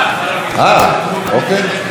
אה, אוקיי, אמרו לי שאתה.